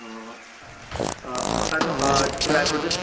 हां म्हाका नू ड्राय फ्रूटचे